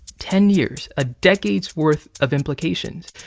ten years a decade's worth of implications.